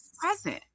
present